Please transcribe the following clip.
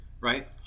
right